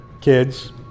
kids